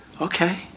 okay